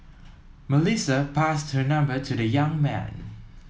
Melissa passed her number to the young man